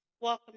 Welcome